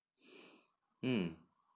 mm